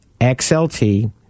XLT